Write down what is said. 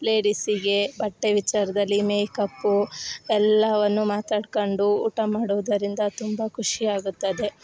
ಲೇಡಿಸ್ಸಿಗೆ ಬಟ್ಟೆ ವಿಚಾರದಲ್ಲಿ ಮೇಕಪ್ಪು ಎಲ್ಲವನ್ನು ಮಾತಾಡ್ಕೊಂಡು ಊಟ ಮಾಡೋದರಿಂದ ತುಂಬ ಖುಷಿಯಾಗುತ್ತದೆ